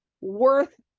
Worth